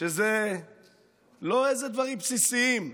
שאלה לא דברים בסיסיים: